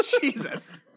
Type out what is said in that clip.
Jesus